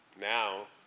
now –